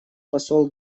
посол